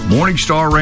Morningstar